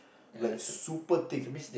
like super thick